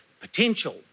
potential